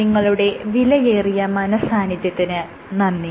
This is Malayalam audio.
നിങ്ങളുടെ വിലയേറിയ മനഃസാന്നിധ്യത്തിന് നന്ദി